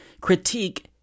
critique